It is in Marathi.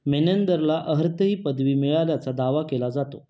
मेनेंदरला अहर्त ही पदवी मिळाल्याचा दावा केला जातो